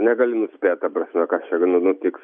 negali nuspėt ta prasme kas čia nutiks